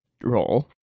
roll